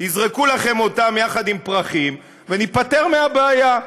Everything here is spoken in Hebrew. יזרקו לכם אותם יחד עם פרחים וניפטר מהבעיה.